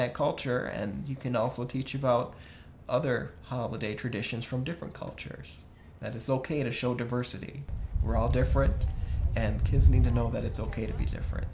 that culture and you can also teach about other holiday traditions from different cultures that it's ok to show diversity we're all different and kids need to know that it's ok to be